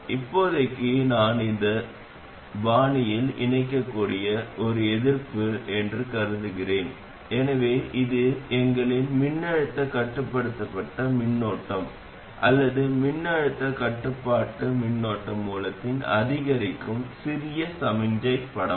இப்போது அது உண்மையில் அதைச் செய்கிறதா என்பதைப் பார்க்கவும் அதன் உள்ளீடு மற்றும் வெளியீட்டு எதிர்ப்புகள் என்ன என்பதைப் பார்க்கவும் அதை மேலும் பகுப்பாய்வு செய்யலாம்